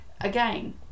again